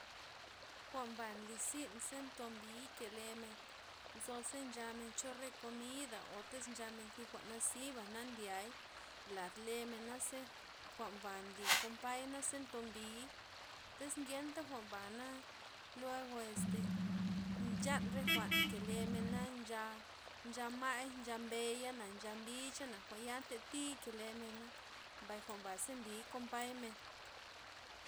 Jwa'nba nlizyn ze ntombii ke'lem, nzo za nchamen cho re komida' o tiz nchamen ti jwa'n naziba na nliay lad lemena' naze jwa'nba nlii kompay naze tombii, tiz ngenta jwa'nbana luego este nchan re jwa'n kelemen na' ncha, ncha ma'y, ncha mbeya'na, ncha mbixa'na, jwa'nya ntatii kelemna, mbay jwa'nba ze nlii kompaymen.